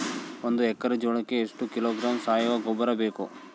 ಒಂದು ಎಕ್ಕರೆ ಜೋಳಕ್ಕೆ ಎಷ್ಟು ಕಿಲೋಗ್ರಾಂ ಸಾವಯುವ ಗೊಬ್ಬರ ಬೇಕು?